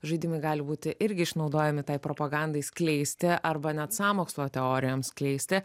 žaidimai gali būti irgi išnaudojami tai propagandai skleisti arba net sąmokslo teorijoms skleisti